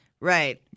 Right